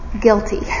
guilty